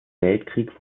weltkrieg